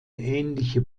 ähnliche